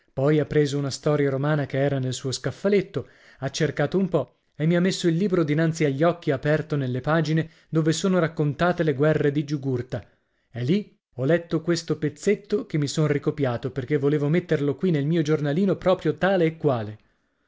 poi ha preso una storia romana che era nel suo scaffaletto ha cercato un po e mi ha messo il libro dinanzi agli occhi aperto nelle pagine dove sono raccontate le guerre di giugurta e lì ho letto questo pezzetto che mi son ricopiato perché volevo metterlo qui nel mio giornalino proprio tale e quale